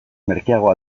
merkeago